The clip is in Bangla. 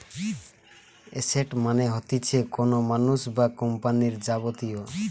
এসেট মানে হতিছে কোনো মানুষ বা কোম্পানির যাবতীয়